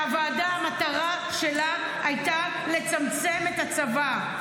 שהמטרה שלה הייתה לצמצם את הצבא.